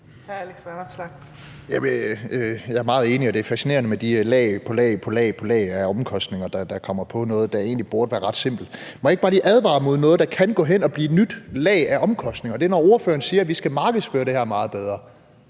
Jeg er meget enig, og det er fascinerende med de mange lag af omkostninger, der bliver lagt på noget, der egentlig burde være ret simpelt. Jeg vil bare lige advare mod noget, der kan gå hen og blive et nyt lag af omkostninger. Ordføreren siger, at vi skal markedsføre det her meget bedre,